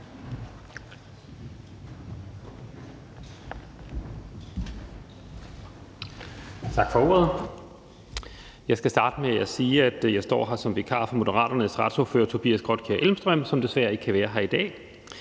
(M): Jeg skal starte med at sige, at jeg står her som vikar for Moderaternes retsordfører, Tobias Grotkjær Elmstrøm, som desværre ikke kan være her i dag.